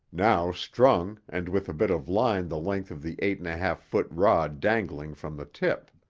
now strung and with a bit of line the length of the eight and a half foot rod dangling from the tip.